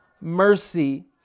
mercy